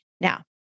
Now